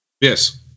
Yes